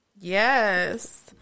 Yes